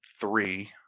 three